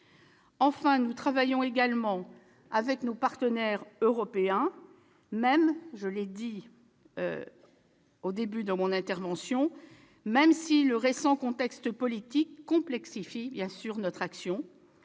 Enfin, nous travaillons aussi avec nos partenaires européens, même si le récent contexte politique complexifie notre action,